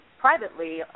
privately